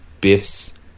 biff's